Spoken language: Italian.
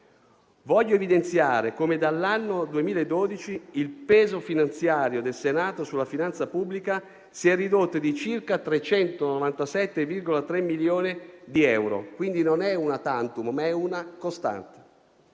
Desidero evidenziare come dall'anno 2012 il peso finanziario del Senato sulla finanza pubblica si è ridotto di circa 397,3 milioni di euro, quindi non è una *una tantum*, ma una costante.